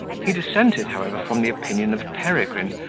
he dissented, however, from the opinion of peregrine,